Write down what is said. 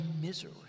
misery